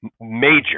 major